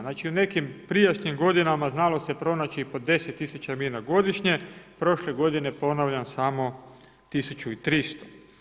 Znači u nekim prijašnjim godinama znalo se pronaći i po 10.000 mina godišnje, prošle godine ponavljam samo 1300.